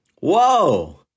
whoa